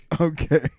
Okay